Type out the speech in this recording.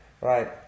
Right